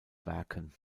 werken